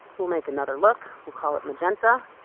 we'll make another look we'll call it magenta,